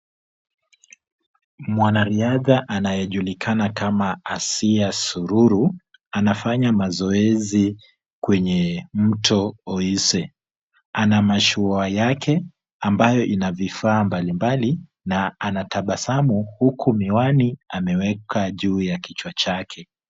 Mwanariadha anayejulikana kama Asiya Sururu anafanya mazoezi kwenye mto Oise. Ana mashua yake ambayo ina vifaa mbalimbali na anatabasamu huku miwani ameweka juu ya kichwa chake.